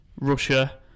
Russia